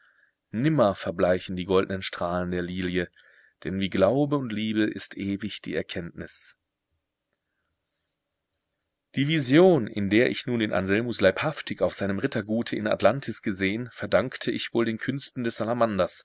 nimmer verbleichen die goldnen strahlen der lilie denn wie glaube und liebe ist ewig die erkenntnis die vision in der ich nun den anselmus leibhaftig auf seinem rittergute in atlantis gesehen verdankte ich wohl den künsten des salamanders